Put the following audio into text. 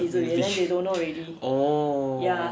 oh